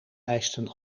eisten